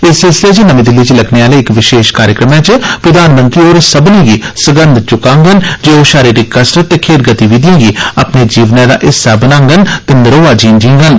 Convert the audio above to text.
इस सिलसिले च नमीं दिल्ली च लगने आले इक विशेष कार्यक्रम च प्रधानमंत्री होर सब्बनें गी सगंध चुकागंन जे ओ शारिरिक कसरत ते खेड्ड गतिविधिएं गी अपने जीवनै दा हिस्सा बनांगन ते नरोआ जीन जींगन